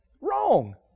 Wrong